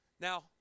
Now